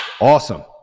Awesome